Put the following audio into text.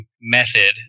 method